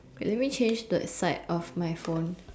but let me change the side of my phone